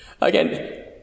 Again